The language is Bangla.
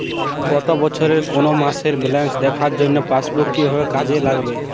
গত বছরের কোনো মাসের ব্যালেন্স দেখার জন্য পাসবুক কীভাবে কাজে লাগাব?